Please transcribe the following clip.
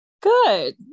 good